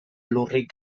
lurrik